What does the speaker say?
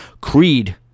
Creed